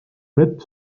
vett